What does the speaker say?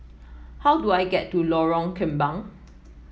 how do I get to Lorong Kembang